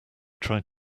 tried